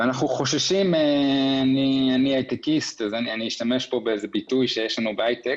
אנחנו חוששים - אני היי-טקיסט ואני אשתמש כאן בביטוי שיש לנו בהיי-טק